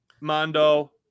Mondo